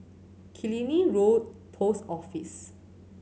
Killiney Road Post Office